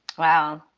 wow,